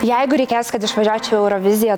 jeigu reikės kad išvažiuočiau į euroviziją